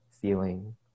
feeling